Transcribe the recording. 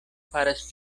faras